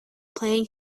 playing